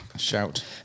shout